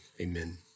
Amen